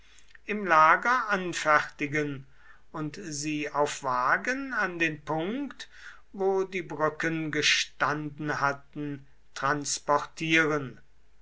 im lager anfertigen und sie auf wagen an den punkt wo die brücken gestanden hatten transportieren